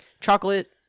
chocolate